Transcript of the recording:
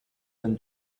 been